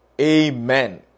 Amen